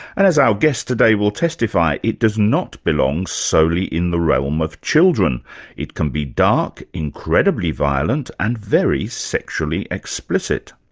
and as our guest today will testify, it does not belong solely in the realm of children it can be dark, incredibly violent, and very sexually explicit.